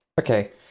Okay